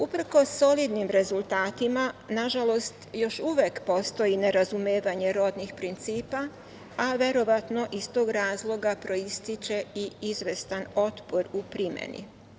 Uprkos solidnim rezultatima, nažalost, još uvek postoji nerazumevanje rodnih principa, a verovatno iz tog razloga proističe i izvestan otpor u primeni.